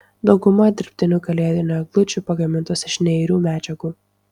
dauguma dirbtinių kalėdinių eglučių pagamintos iš neirių medžiagų